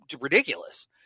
ridiculous